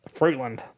Fruitland